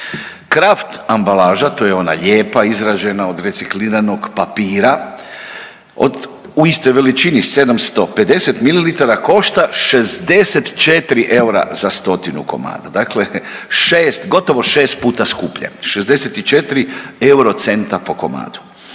Kraft ambalaža, to je ona lijepa izrađena od recikliranog papira u istoj veličini 750 mililitara, košta 64 eura za stotinu komada. Dakle 6, gotovo 6 puta skuplje. 64 euro centa po komadu.